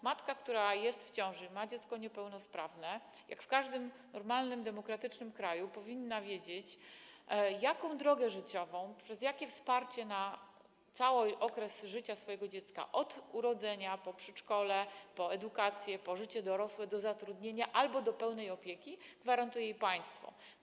Matka, która jest w ciąży i ma dziecko niepełnosprawne, jak w każdym normalnym demokratycznym kraju powinna wiedzieć, jaką drogę życiową, jakie wsparcie przez cały okres życia dziecka: od urodzenia po przedszkole, po edukację aż do dorosłego życia, zatrudnienia albo pełnej opieki, gwarantuje jej państwo.